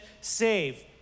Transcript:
save